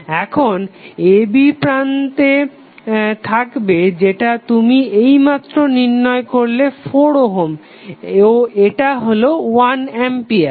এখন a b প্রান্ত থাকবে যেটা তুমি এইমাত্র নির্ণয় করলে 4 ওহম ও এটা হলো 1 আম্পিয়ার